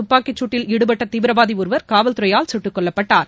துப்பாக்கிச் சூட்டில் ஈடுபட்ட தீவிரவாதி ஒருவர் காவல்துறையால் சுட்டுக் கொல்லப்பட்டுள்ளார்